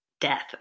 death